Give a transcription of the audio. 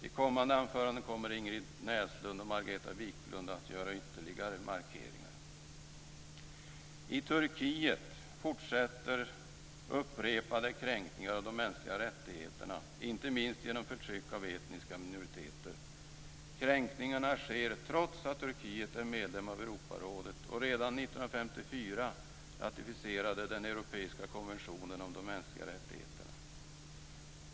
I kommande anföranden kommer Ingrid Näslund och Margareta Viklund att göra ytterligare markeringar. I Turkiet fortsätter upprepade kränkningar av de mänskliga rättigheterna, inte minst genom förtryck av etniska minoriteter. Kränkningarna sker trots att Turkiet är medlem av Europarådet och redan 1954 ratificerade den europeiska konventionen om de mänskliga rättigheterna.